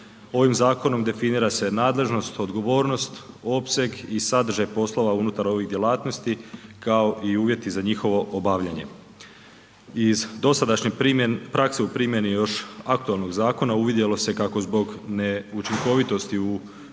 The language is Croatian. Ovim zakonom definira se nadležnost, odgovornost, opseg i sadržaj poslova unutar ovih djelatnosti kao i uvjeti za njihovo obavljanje. Iz dosadašnje prakse u primjeni još aktualnog zakona uvidjelo se kako zbog neučinkovitosti u provedbi